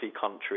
country